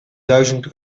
duizend